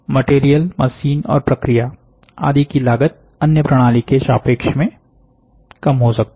material machine और प्रक्रिया आदि की लागत अन्य प्रणाली के सापेक्ष में कम हो सकती है